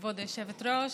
כבוד היושבת-ראש,